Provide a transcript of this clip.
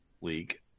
league